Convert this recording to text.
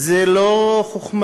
זו לא חוכמה